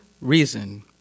reason